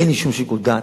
אין לי שום שיקול דעת.